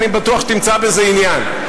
אני בטוח שתמצא בזה עניין,